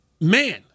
man